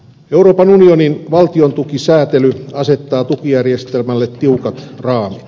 euroopan unionin valtiontukisäätely asettaa tukijärjestelmälle tiukat raamit